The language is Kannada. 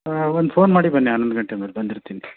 ಒಂದು ಫೋನ್ ಮಾಡಿ ಬನ್ನಿ ಹನ್ನೊಂದು ಗಂಟೆ ಮೇಲೆ ಬಂದಿರ್ತೀನಿ